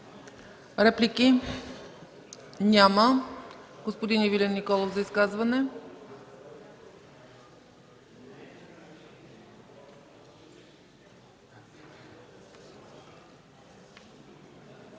Реплики? Няма. Господин Ивелин Николов – за изказване.